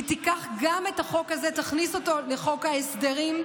היא תיקח גם את החוק הזה ותכניס אותו לחוק ההסדרים,